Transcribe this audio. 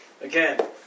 Again